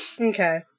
Okay